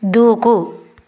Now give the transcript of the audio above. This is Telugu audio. దూకు